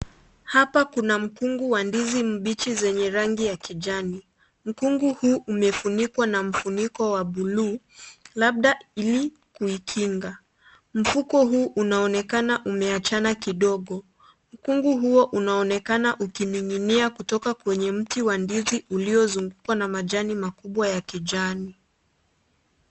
Hapa kuna mkungu wa ndizi mbichi zenye rangi ya kijani. Mkungu huu umefunikwa na mfuniko wa buluu, labda ili kuinga. Mfuko huu, unaonekana umeachana kidogo. Mkungu huo unaonekana ukining'inia kutoka kwenye mti wa ndizi uliyozungukwa na majani makubwa ya kijani.